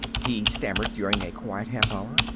he stammered, during a quiet half-hour,